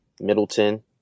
Middleton